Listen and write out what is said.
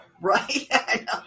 Right